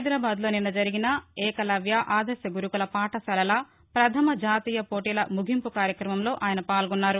హైదరాబాద్లో నిన్న జరిగిన ఏకలవ్య ఆదర్శ గురుకుల పాఠశాలల ప్రధమ జాతీయ పోటీల ముగింపుకార్యక్రంలో ఆయన పాల్గొన్నారు